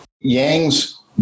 Yang's